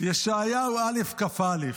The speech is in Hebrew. ישעיהו א' כ"ג.